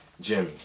Jimmy